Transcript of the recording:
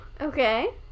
okay